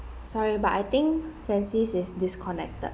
sorry but I think francis is disconnected